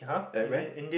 at where